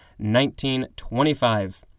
1925